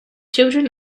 children